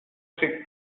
kriegt